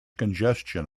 congestion